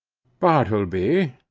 bartleby,